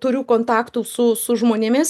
turiu kontaktų su žmonėmis